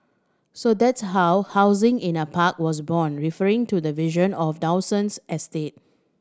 so that's how housing in a park was born referring to the vision of Dawson estate